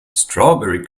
strawberry